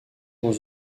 dans